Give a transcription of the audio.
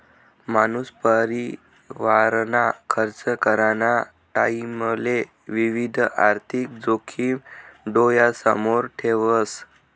मानूस परिवारना खर्च कराना टाईमले विविध आर्थिक जोखिम डोयासमोर ठेवस